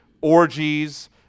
orgies